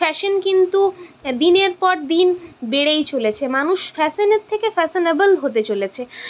fashion কিন্তু দিনের পর দিন বেড়েই চলেছে মানুষ ফ্যাশনের থেকে ফ্যাশনেবেল হতে চলেছে